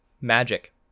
magic